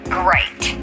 great